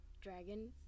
dragon